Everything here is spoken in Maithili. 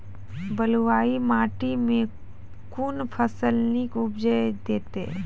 बलूआही माटि मे कून फसल नीक उपज देतै?